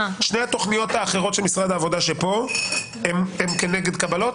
שתי התכניות האחרות של משרד העבודה פה הן כנגד קבלות?